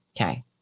okay